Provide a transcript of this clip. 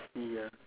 ya